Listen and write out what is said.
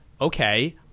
okay